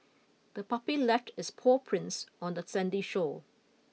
the puppy left its paw prints on the sandy shore